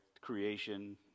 creation